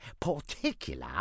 particular